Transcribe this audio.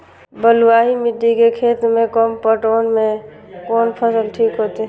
बलवाही मिट्टी के खेत में कम पटवन में कोन फसल ठीक होते?